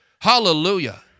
Hallelujah